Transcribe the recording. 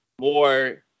more